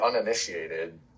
uninitiated